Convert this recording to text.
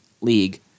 league